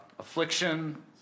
affliction